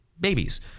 babies